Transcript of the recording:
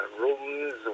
rooms